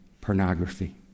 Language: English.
pornography